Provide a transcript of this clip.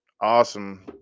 awesome